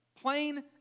Plain